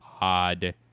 odd